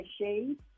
shade